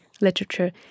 literature